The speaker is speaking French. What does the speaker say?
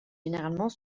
généralement